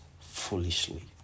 foolishly